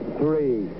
three